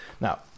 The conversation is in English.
Now